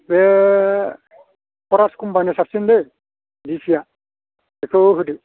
बे परास कम्पानिया साबसिनलै दिसिया बेखौ होदो